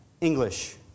English